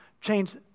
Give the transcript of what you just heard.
change